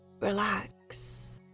relax